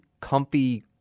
comfy